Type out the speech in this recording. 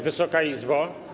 Wysoka Izbo!